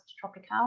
Tropical